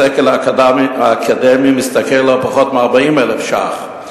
הסגל האקדמי משתכר לא פחות מ-40,000 ש"ח.